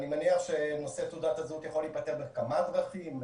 אני מניח שנושא תעודת הזהות יכול להיפתר בכמה דרכים: